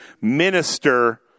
minister